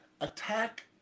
attack